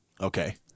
Okay